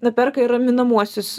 nu perka ir raminamuosius